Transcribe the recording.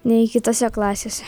nei kitose klasėse